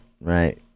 right